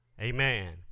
Amen